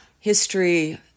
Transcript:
history